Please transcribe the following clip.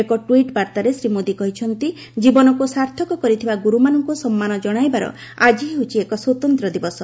ଏକ ଟ୍ପିଟ୍ ବାର୍ତ୍ତାରେ ଶ୍ରୀ ମୋଦି କହିଛନ୍ତି ଜୀବନକୁ ସାର୍ଥକ କରିଥିବା ଗୁରୁମାନଙ୍କୁ ସମ୍ମାନ ଜଣାଇବାର ଆକି ହେଉଛି ଏକ ସ୍ୱତନ୍ତ୍ର ଦିବସ